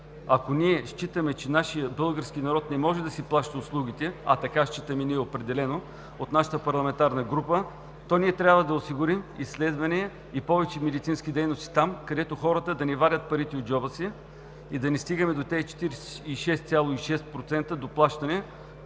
Ако ние считаме, че нашият български народ не може да си плаща услугите, а ние от нашата парламентарна група определено считаме така, то ние трябва да осигурим изследвания и повече медицински дейности там, където хората да не вадят парите от джоба си и да не стигаме до тези 46,6% доплащане,